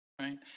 right